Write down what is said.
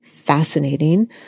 fascinating